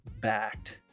backed